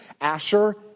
Asher